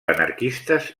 anarquistes